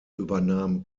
übernahm